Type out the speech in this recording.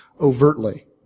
overtly